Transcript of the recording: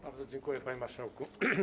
Bardzo dziękuję, panie marszałku.